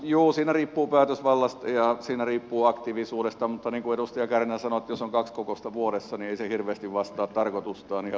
juu siinä riippuu päätösvallasta ja siinä riippuu aktiivisuudesta mutta niin kuin edustaja kärnä sanoi jos on kaksi kokousta vuodessa niin ei se hirveästi vastaa tarkoitustaan ihan suoraan sanoen